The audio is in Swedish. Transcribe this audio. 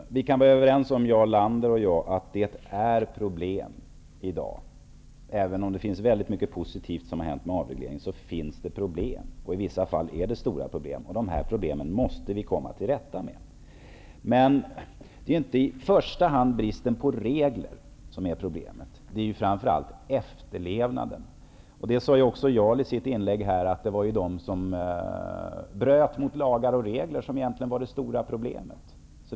Herr talman! Jarl Lander och jag kan vara överens om att det finns problem i dag. Även om det har hänt mycket positivt genom avregleringen, finns det problem. I vissa fall är det stora problem. Vi måste komma till rätta med dessa. Det är inte i första hand bristen på regler som är problemet, utan det är framför allt efterlevnaden. Även Jarl Lander sade i sitt inlägg att det är de som bryter mot lagar och regler som är det stora problemet.